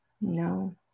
no